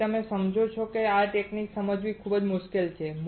તેથી તમે સમજો છો કે આ તકનીકને સમજવું મુશ્કેલ નથી